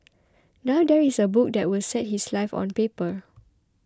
now there is a book that will set his life on paper